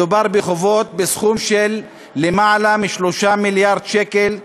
מדובר בחובות בסכום של יותר מ-3 מיליארד שקל,